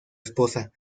esposa